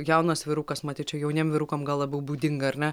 jaunas vyrukas matyt čia jauniem vyrukam gal labiau būdinga ar ne